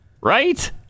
right